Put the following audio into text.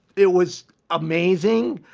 it was amazing.